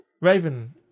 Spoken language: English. Raven